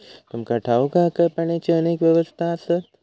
तुमका ठाऊक हा काय, पाण्याची अनेक अवस्था आसत?